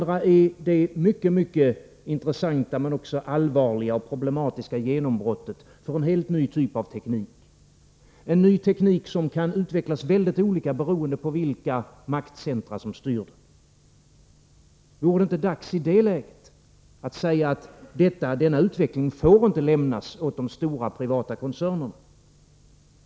Den andra sidan är det mycket intressanta men också allvarliga och problematiska genombrottet för en helt ny typ av teknik, en ny teknik som kan utvecklas helt olika beroende på vilka maktcentra som styr den. Vore det inte dags i det läget att säga att denna utveckling inte får lämnas åt de stora, privata koncernerna?